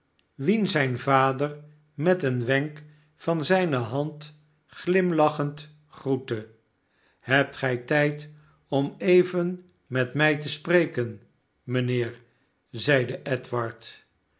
wien zijn vader met een wenk van zijne hand glimlachend groette hebt gij tijd omeven met mij te spreken mijnheer zeide edward